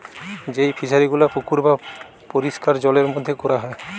যেই ফিশারি গুলা পুকুর বা পরিষ্কার জলের মধ্যে কোরা হয়